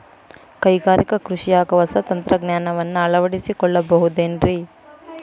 ಕೈಗಾರಿಕಾ ಕೃಷಿಯಾಗ ಹೊಸ ತಂತ್ರಜ್ಞಾನವನ್ನ ಅಳವಡಿಸಿಕೊಳ್ಳಬಹುದೇನ್ರೇ?